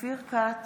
אופיר כץ,